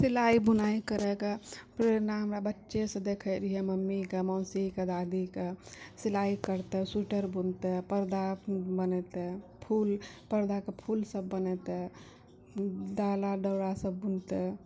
सिलाइ बुनाइ करैके प्रेरणा हमरा बच्चेसँ देखैत रहियै मम्मीके मौसीके दादीके सिलाइ करितैय स्वेटर बुनितै पर्दा बनेतै फूल पर्दाके फूल सभ बनेबितै डाला डौरा सभ बनितै